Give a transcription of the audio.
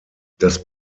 das